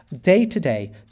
day-to-day